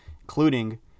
including